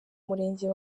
murenge